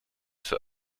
for